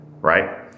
Right